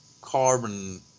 carbon